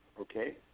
Okay